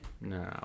No